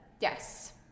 Yes